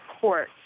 court